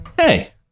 Hey